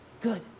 Good